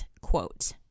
quote